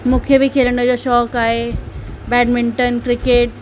मूंखे बि खेॾण जो शौक़ु आहे बैडमिंटन क्रिकेट